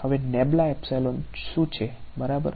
હવે શું છે બરાબર